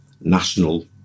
national